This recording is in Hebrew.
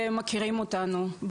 מכירים אותנו.